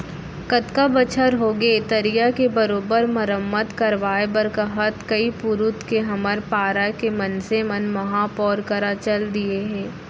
कतका बछर होगे तरिया के बरोबर मरम्मत करवाय बर कहत कई पुरूत के हमर पारा के मनसे मन महापौर करा चल दिये हें